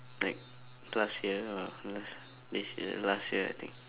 like last year or las~ this year last year I think